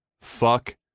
fuck